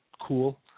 cool